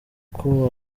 uko